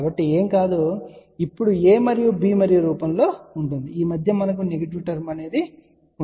కాబట్టి ఇది ఏమీ కాదు కానీ ఇప్పుడు a మరియు b రూపంలో ఉంటుంది ఈ మధ్య మనకు నెగెటివ్ టర్మ్ ఉంటుంది